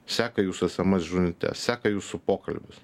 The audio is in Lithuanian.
seka jūsų sms žinutes seka jūsų pokalbius